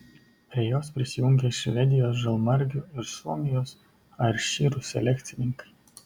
prie jos prisijungė švedijos žalmargių ir suomijos airšyrų selekcininkai